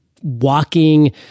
walking